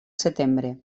setembre